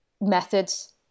methods